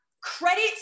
Credit